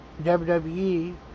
WWE